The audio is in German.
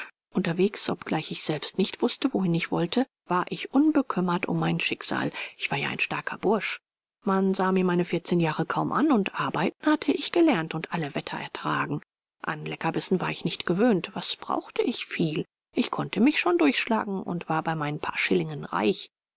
unterwegs obgleich ich selbst nicht wußte wohin ich wollte war ich unbekümmert um mein schicksal ich war ja ein starker bursch man sah mir meine vierzehn jahre kaum an und arbeiten hatte ich gelernt und alle wetter ertragen an leckerbissen war ich nicht gewöhnt was brauchte ich viel ich konnte mich schon durchschlagen und war bei meinen paar schillingen reich